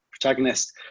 protagonist